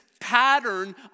pattern